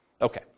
Okay